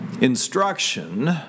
instruction